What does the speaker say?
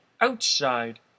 outside